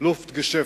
"לופט געשעפט".